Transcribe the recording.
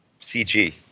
CG